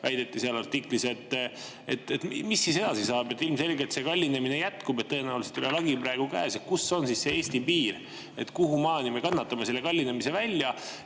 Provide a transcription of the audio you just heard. väideti seal artiklis. Mis siis edasi saab? Ilmselgelt see kallinemine jätkub, tõenäoliselt pole lagi praegu käes. Kus on Eesti piir, kuhumaani me kannatame selle kallinemise välja?